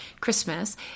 Christmas